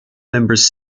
members